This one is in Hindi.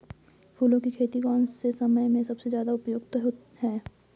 फूलों की खेती कौन से समय में सबसे ज़्यादा उपयुक्त है?